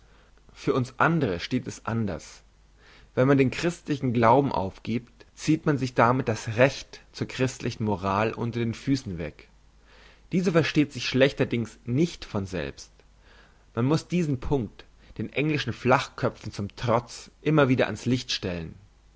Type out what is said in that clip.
für uns andre steht es anders wenn man den christlichen glauben aufgiebt zieht man sich damit das recht zur christlichen moral unter den füssen weg diese versteht sich schlechterdings nicht von selbst man muss diesen punkt den englischen flachköpfen zum trotz immer wieder an's licht stellen